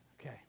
okay